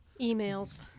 Emails